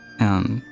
and.